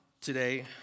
today